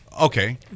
okay